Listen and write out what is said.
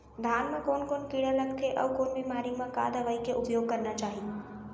धान म कोन कोन कीड़ा लगथे अऊ कोन बेमारी म का दवई के उपयोग करना चाही?